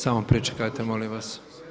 Samo pričekajte molim vas.